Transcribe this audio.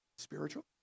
spiritual